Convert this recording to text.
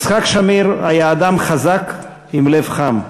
יצחק שמיר היה אדם חזק עם לב חם,